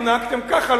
לו נהגתם ככה,